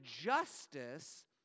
justice